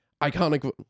iconic